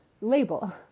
label